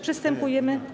Przystępujemy.